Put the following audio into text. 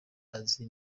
azi